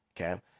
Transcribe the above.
okay